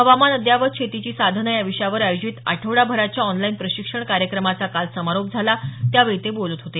हवामान अद्ययावत शेतीची साधने या विषयावर आयोजित आठवडाभराच्या ऑनलाईन प्रशिक्षण कार्यक्रमाचा काल समारोप झाला त्यावेळी ते बोलत होते